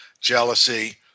jealousy